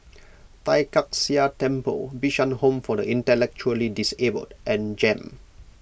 Tai Kak Seah Temple Bishan Home for the Intellectually Disabled and Jem